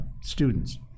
students